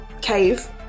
cave